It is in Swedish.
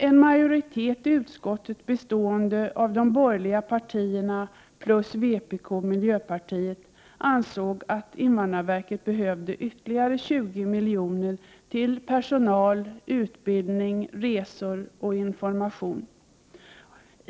En majoritet i utskottet, bestående av de borgerliga partierna plus vpk och miljöpartiet, ansåg emellertid att invandrarverket behövde ytterligare 20 miljoner till personal, utbildning, resor och information.